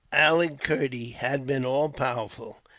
ali kerdy has been all powerful,